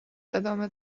دامه